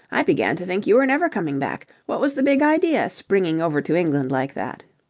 i began to think you were never coming back. what was the big idea, springing over to england like that?